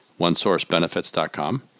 onesourcebenefits.com